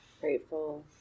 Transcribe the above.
Grateful